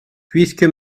puisque